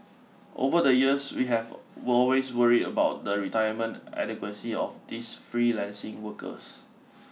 over the years we have will always worried about the retirement adequacy of these freelancing workers